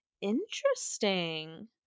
Interesting